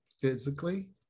physically